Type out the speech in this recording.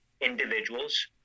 Individuals